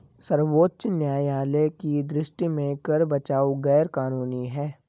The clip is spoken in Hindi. सर्वोच्च न्यायालय की दृष्टि में कर बचाव गैर कानूनी है